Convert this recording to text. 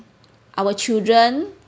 our children